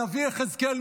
הנביא יחזקאל,